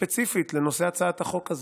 ספציפית לנושא הצעת החוק הזאת.